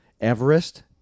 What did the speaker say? Everest